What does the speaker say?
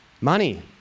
Money